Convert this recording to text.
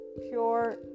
pure